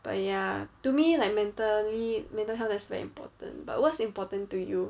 but ya to me like mentally mental health that's very important but what's important to you